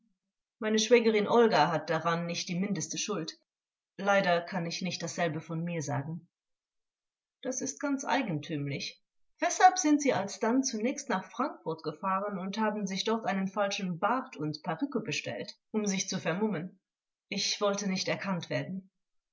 meine schwägerin olga hat daran nicht die mindeste schuld leider kann ich nicht dasselbe von mir sagen vors das ist ganz eigentümlich weshalb sind sie alsdann zunächst nach frankfurt gefahren und haben sich dort einen falschen bart und perücke bestellt um sich zu vermummen angekl ich wollte nicht erkannt werden